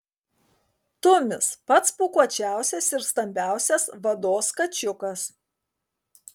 tumis pats pūkuočiausias ir stambiausias vados kačiukas